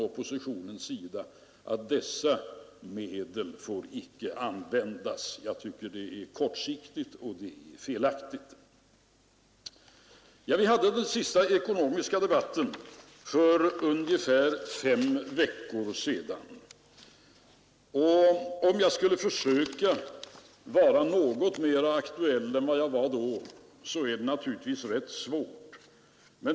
Oppositionen säger där på förhand ifrån att dessa medel icke får användas. Jag tycker att detta är kortsiktigt och felaktigt. Vi hade den senaste ekonomiska debatten här i riksdagen för ungefär fem veckor sedan. Det är naturligtvis svårt att nu försöka vara något mera aktuell än jag var då.